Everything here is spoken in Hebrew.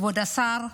כבוד השר,